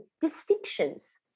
distinctions